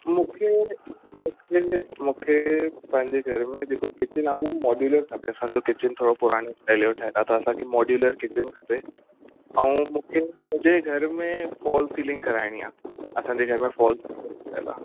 मूंखे मूंखे मूंखे पंहिंजे घर में जेको किचन आहे उहो मॉड्यूलर खपे असांजो किचन थोरो पुराणे स्टाइल जो ठहियल आहे त असांखे मॉड्यूलर किचन खपे ऐं मूंखे मुंहिंजे घर में फॉल सीलिंग कराइणी आहे असांजे घर में फॉल सीलिंग न लॻियल आहे